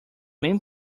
many